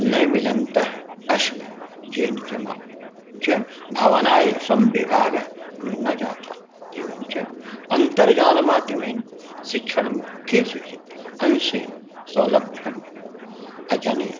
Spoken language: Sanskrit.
न मिलन्तः आस्मः येन च मां च भवनाय संविभागाः न्यूनाः जाताः एवं च अन्तर्जालमाध्यमेन शिक्षणं केषुचित् अंशेन सौलभ्यम् अजनयत्